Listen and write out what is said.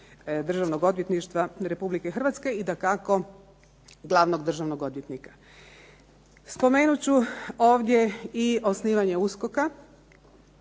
Državnog odvjetništva Republike Hrvatske, i dakako glavnog državnog odvjetnika. Spomenuti ću ovdje i osnivanje USKOK-a